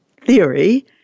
theory